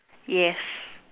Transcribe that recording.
yes